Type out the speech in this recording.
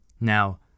now